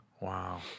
Wow